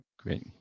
Great